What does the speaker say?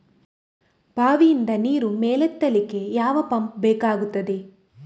ಬಾವಿಯಿಂದ ನೀರು ಮೇಲೆ ಎತ್ತಲಿಕ್ಕೆ ಯಾವ ಪಂಪ್ ಬೇಕಗ್ತಾದೆ?